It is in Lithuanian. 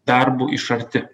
darbu iš arti